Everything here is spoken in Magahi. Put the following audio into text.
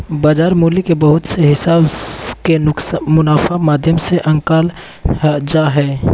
बाजार मूल्य के बहुत से हिसाब के मुनाफा माध्यम से आंकल जा हय